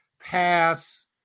pass